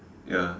ya